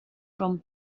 from